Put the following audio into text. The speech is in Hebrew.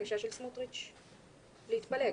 הבקשה של סמוטריץ' להתפלג.